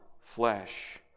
flesh